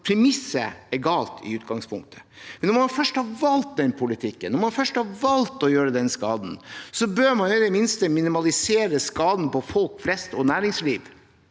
Premisset er galt i utgangspunktet. Når man først har valgt den politikken, når man først har valgt å gjøre den skaden, bør man i det minste minimalisere skaden for folk flest og næringsliv.